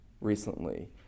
recently